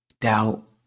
doubt